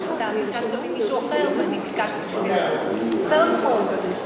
אתה ביקשת ממישהו אחר ואני ביקשתי, בסדר גמור.